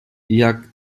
jak